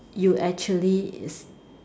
you actually is